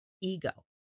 ego